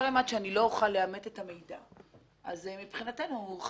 כל אימת שאני לא אוכל לאמת את המידע, מבחינתנו יש